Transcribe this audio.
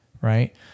right